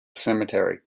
cemetery